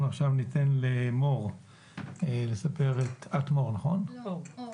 אני מבקש לאפשר לאור